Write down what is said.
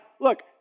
look